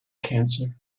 cancer